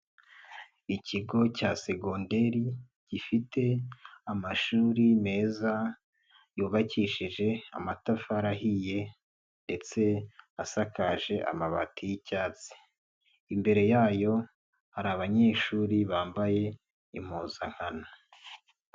Ikigo cya segonderi gifite amashuri meza yubakishije amatafari ahiye ndetse asakaje amabati y'icyatsi, imbere yayo hari abanyeshuri bambaye impuzankano.